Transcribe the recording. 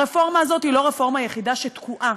הרפורמה הזאת היא לא הרפורמה היחידה שתקועה.